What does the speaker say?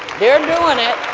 they're doing it.